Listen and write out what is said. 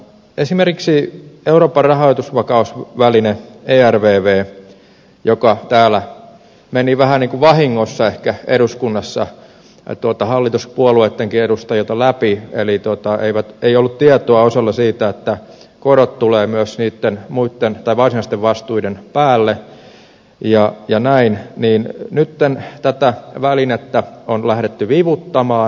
esimerkiksi euroopan rahoitusvakausvälinettä ervvtä joka meni ehkä vähän niin kuin vahingossa täällä eduskunnassa hallituspuolueittenkin edustajilta läpi eli ei ollut tietoa osalla siitä että korot tulevat niitten varsinaisten vastuiden päälle ja jonain niin nyt teemme tätä näin on lähdetty vivuttamaan